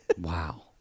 Wow